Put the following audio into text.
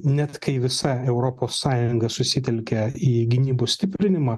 net kai visa europos sąjunga susitelkia į gynybos stiprinimą